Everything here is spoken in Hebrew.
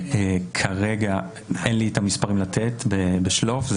שכרגע אין לי את המספרים לתת בשלוף,